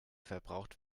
verbraucht